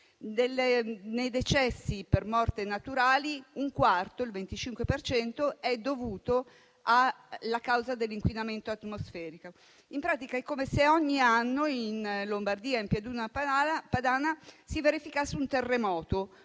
Dei decessi per morte naturale, un quarto, il 25 per cento, è dovuto all'inquinamento atmosferico. In pratica, è come se ogni anno in Lombardia, in Pianura Padana, si verificasse un terremoto: